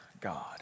God